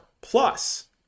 Plus